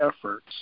efforts